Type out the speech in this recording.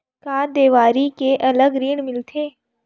का देवारी के अलग ऋण मिलथे?